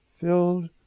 filled